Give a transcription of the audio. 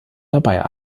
dabei